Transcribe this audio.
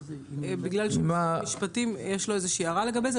בגלל שלמשרד המשפטים יש הערה לגבי זה,